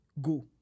go